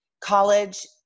College